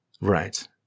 right